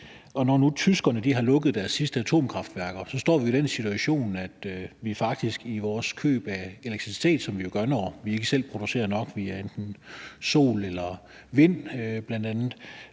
og når nu tyskerne har lukket deres sidste atomkraftværker, står vi jo i den situation, at vi faktisk i vores køb af elektricitet, som vi jo gør, når vi ikke selv producerer nok via enten sol eller vind bl.a.,